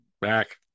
back